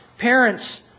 parents